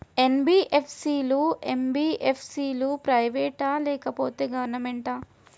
NBFC లు, MBFC లు private ఆ లేకపోతే గవర్నమెంటా?